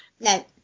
no